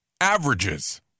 Averages